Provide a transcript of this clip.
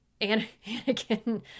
Anakin